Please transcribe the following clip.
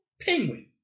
Penguin